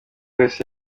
wese